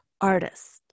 artist